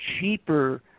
cheaper